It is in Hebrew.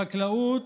אני, שר החקלאות.